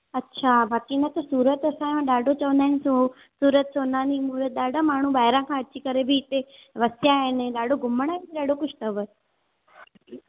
अच्छा बाक़ी न त सूरत असांजो ॾाढो चवंदा आहिनि जो सूरत सोनानी मूरत ॾाढा माण्हू ॿाहिरां खां अची करे बि हिते वसिया आहिनि ॾाढो घुमण बि ॾाढो कुझु अथव